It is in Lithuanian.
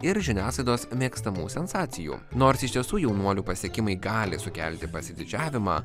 ir žiniasklaidos mėgstamų sensacijų nors iš tiesų jaunuolių pasiekimai gali sukelti pasididžiavimą